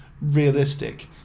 realistic